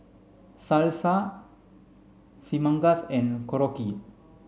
Salsa Chimichangas and Korokke